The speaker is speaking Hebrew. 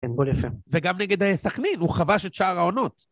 כן, גול יפה. וגם נגד סח'נין, הוא כבש את שער העונות.